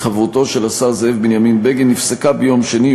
כי חברותו של השר זאב בנימין בגין נפסקה ביום שני,